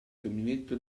caminetto